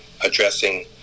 addressing